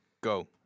go